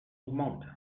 augmentent